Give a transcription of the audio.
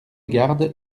gardes